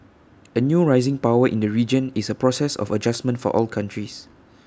A new rising power in the region is A process of adjustment for all countries